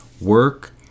work